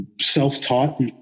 self-taught